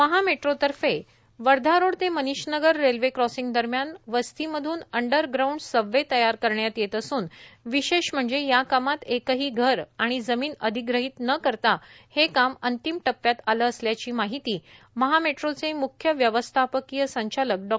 महामेट्रो तर्फे वर्धा रोड ते Manish Nagar railway crossing दरम्यान वस्तीमधून अंडर ग्राऊड सबवे तयार करण्यात येत असून विशेष म्हणजे या कामात एकही घर आणि जमिन अधिग्रहित न करता हे काम अंतिम टप्प्यात आले असल्याची माहिती महामेट्रोचे म्ख्य व्यवस्थापकिय संचालक डॉ